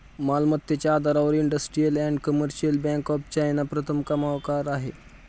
मालमत्तेच्या आधारावर industrial and commercial bank of China प्रथम क्रमांकावर आहे